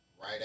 right